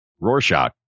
Rorschach